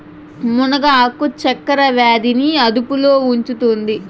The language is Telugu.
మునగ ఆకు చక్కర వ్యాధి ని అదుపులో ఉంచుతాది